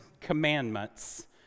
commandments